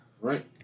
Right